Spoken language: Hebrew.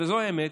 וזו האמת,